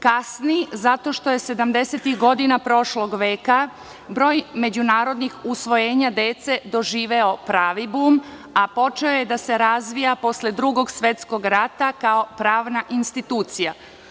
Kasni zato što je sedamdesetih godina prošlog veka broj međunarodnih usvojenja dece doživeo pravi bum, počeo je da se razvija posle Drugog svetskog rada, kao pravna institucija.